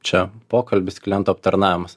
čia pokalbis klientų aptarnavimas